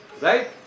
Right